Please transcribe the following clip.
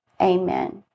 amen